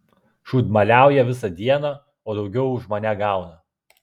šūdmaliauja visą dieną o daugiau už mane gauna